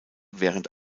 während